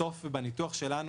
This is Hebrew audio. בסוף ובניתוח שלנו,